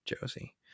Josie